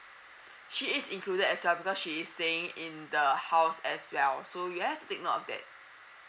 she is included as well because she is staying in the house as well so you have to take note of that